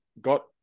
got